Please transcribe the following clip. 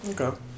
Okay